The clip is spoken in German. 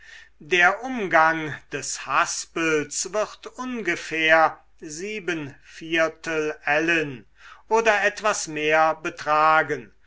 der umgang des haspels wird ungefähr sieben viertel ellen oder etwas mehr betragen